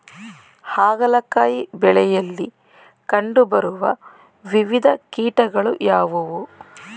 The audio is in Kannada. ಹಾಗಲಕಾಯಿ ಬೆಳೆಯಲ್ಲಿ ಕಂಡು ಬರುವ ವಿವಿಧ ಕೀಟಗಳು ಯಾವುವು?